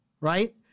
right